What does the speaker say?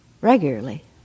regularly